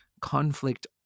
conflict